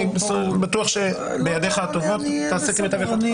אני בטוח שזה בידיך הטובות ותעשה כמיטב יכולתך.